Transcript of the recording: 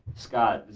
scott,